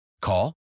Call